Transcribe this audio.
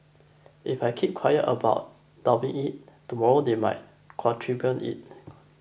if I keep quiet about doubling it tomorrow they might quadruple it